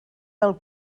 del